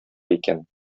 икән